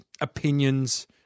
opinions